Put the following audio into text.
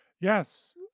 yes